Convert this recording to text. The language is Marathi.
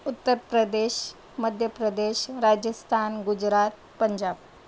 उत्तर प्रदेश मध्य प्रदेश राजस्थान गुजरात पंजाब